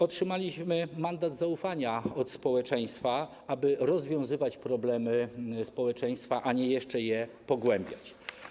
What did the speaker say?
Otrzymaliśmy mandat zaufania od społeczeństwa, aby rozwiązywać problemy społeczeństwa, a nie jeszcze je pogłębiać.